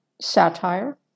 Satire